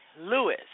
Lewis